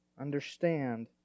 understand